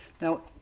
Now